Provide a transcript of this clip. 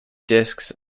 disks